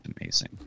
Amazing